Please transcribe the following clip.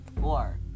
four